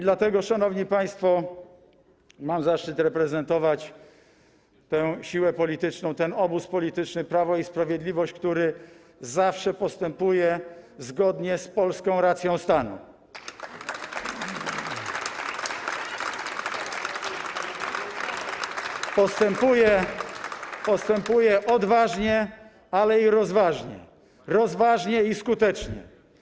Dlatego, szanowni państwo, mam zaszczyt reprezentować tę siłę polityczną, ten obóz polityczny, Prawo i Sprawiedliwość, który zawsze postępuje zgodnie z polską racją stanu, postępuje odważnie, ale i rozważnie, rozważnie i skutecznie.